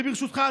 וברשותך,